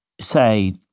say